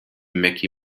meckie